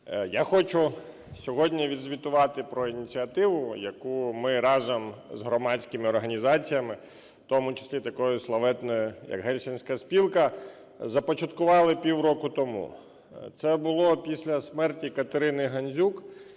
Я хочу сьогодні відзвітувати про ініціативу, яку ми разом з громадськими організаціями, в тому числі такою славетною, як Гельсінська спілка, започаткували півроку тому. Це було після смерті Катерини Гандзюк.